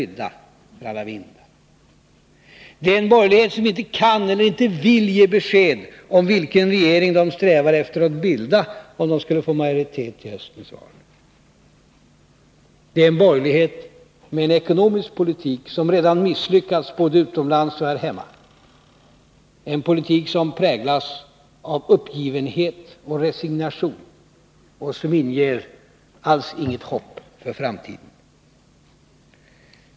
Det är en borgerlighet som inte kan eller vill ge besked om vilken regering man strävar efter att bilda om man skulle få majoritet även efter höstens val. Det är en borgerlighet med en ekonomisk politik som redan misslyckats både utomlands och här hemma, en politik som präglas av uppgivenhet och resignation och som inte inger något hopp alls inför framtiden.